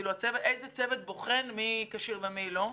איזה צוות בוחן מי כשיר ומי לא?